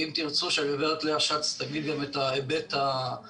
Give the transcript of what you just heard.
אם תרצו שהגברת לאה שץ תביא גם את ההיבט הרוחני,